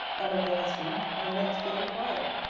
and of the husband and next, with her pride,